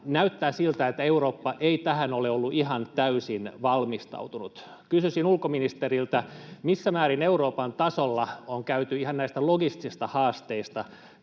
näyttää siltä, että Eurooppa ei tähän ole ollut ihan täysin valmistautunut. Kysyisin ulkoministeriltä: Missä määrin Euroopan tasolla on käyty ihan näistä logistisista haasteista